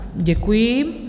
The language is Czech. Děkuji.